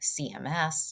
CMS